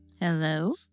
Hello